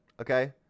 okay